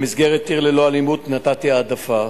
במסגרת "עיר ללא אלימות" נתתי העדפה.